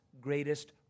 greatest